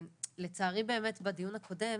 לצערי באמת בדיון הקודם